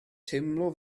teimlo